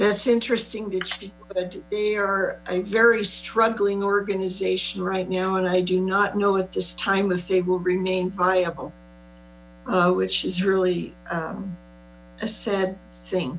that's interesting the they are very struggling organization right now and i do not know at this time the state will remain viable which is really a sad thing